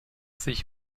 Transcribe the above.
sich